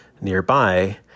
nearby